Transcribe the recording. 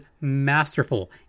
masterful